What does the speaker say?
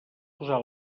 posar